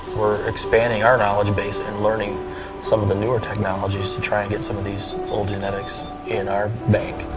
are expanding our knowledge base and learning some of the newer technologies to try and get some of these old genetics in our bank.